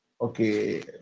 Okay